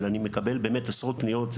אבל אני מקבל באמת עשרות פניות,